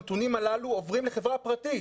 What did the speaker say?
הנתונים הללו עוברים לחברה פרטית,